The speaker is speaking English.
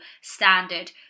standard